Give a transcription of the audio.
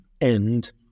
end